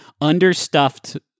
understuffed